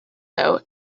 though